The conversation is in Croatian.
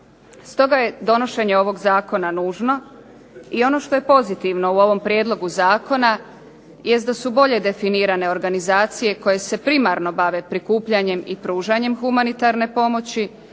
Stoga je donošenje ovog zakona nužno i ono što je pozitivno u ovom prijedlogu zakona jest da su bolje definirane organizacije koje se primarno bave prikupljanjem i pružanjem humanitarne pomoći,